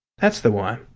that's the one.